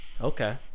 okay